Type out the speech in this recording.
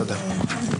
תודה.